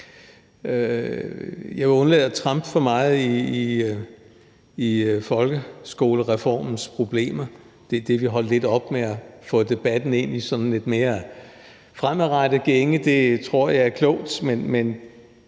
Jeg vil undlade at trampe for meget rundt i folkeskolereformens problemer. Det er vi holdt lidt op med og har fået debatten ind i en sådan lidt mere fremadrettet gænge. Det tror jeg er klogt. Men